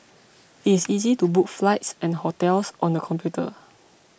it is easy to book flights and hotels on the computer